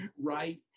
right